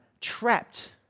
trapped